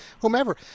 whomever